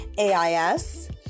AIS